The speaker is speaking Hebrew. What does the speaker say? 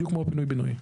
בדיוק כמו בפינוי בינוי.